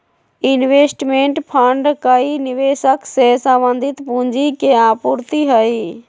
investment fund कई निवेशक से संबंधित पूंजी के आपूर्ति हई